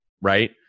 right